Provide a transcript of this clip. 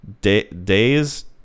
days